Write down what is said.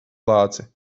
lāci